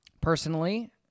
personally